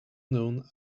known